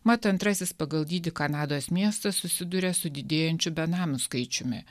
mat antrasis pagal dydį kanados miestas susiduria su didėjančiu benamių skaičiumi